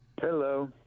Hello